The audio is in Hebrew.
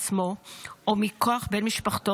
מי שאינו תושב ישראל וזכאי מכוח עצמו או מכוח בן משפחתו